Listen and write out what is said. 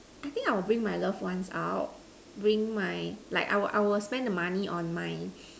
I think I will bring my loved ones out bring my like I will I will spend the money on my